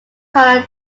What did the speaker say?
color